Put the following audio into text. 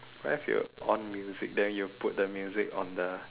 what if you on music then you put the music on the